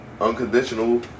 Unconditional